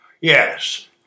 Yes